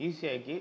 ஈஸியாக்கி